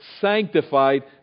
sanctified